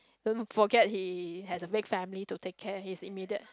don't forget he has a big family to take care his immediate